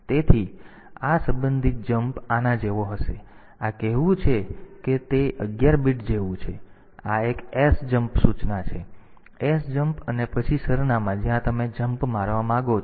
તેથી આ સંબંધિત જમ્પ આના જેવો હશે તેથી આ કહેવું છે કે તે 11 બીટ જેવું છે આ એક sjmp સૂચના છે sjmp અને પછી સરનામું જ્યાં તમે જમ્પ મારવા માંગો છો